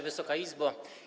Wysoka Izbo!